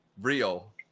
real